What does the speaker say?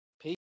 Peace